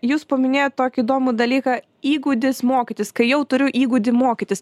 jūs paminėjot tokį įdomų dalyką įgūdis mokytis kai jau turiu įgūdį mokytis